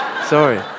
Sorry